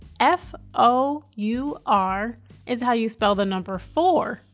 f o u r is how you spell the number four.